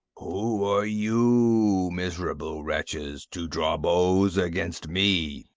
who are you, miserable wretches, to draw bows against me?